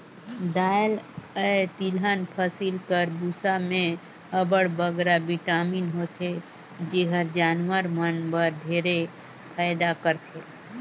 दाएल अए तिलहन फसिल कर बूसा में अब्बड़ बगरा बिटामिन होथे जेहर जानवर मन बर ढेरे फएदा करथे